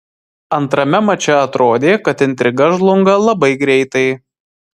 antrame mače atrodė kad intriga žlunga labai greitai